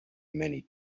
many